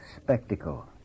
spectacle